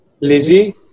Lizzie